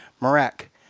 Marek